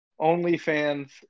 OnlyFans